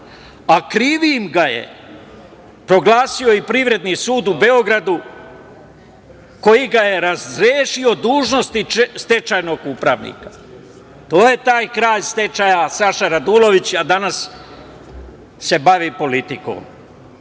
a krim ga je proglasio i Privredni sud u Beogradu koji ga je razrešio dužnosti stečajnog upravnika. To je taj kralj stečaja, Saša Radulović, a danas se bavi politikom. Kao